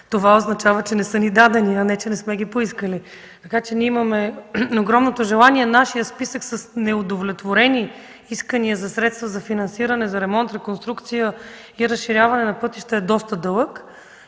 Това означава, че не са ни дадени, а не че не сме ги поискали, така че имаме огромното желание. Нашият списък с неудовлетворени искания за средства за финансиране, за ремонт, реконструкция и разширяване на пътища е доста дълъг